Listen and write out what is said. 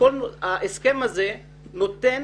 ההסכם הזה נותן